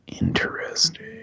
Interesting